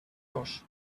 dos